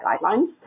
guidelines